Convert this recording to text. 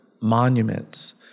monuments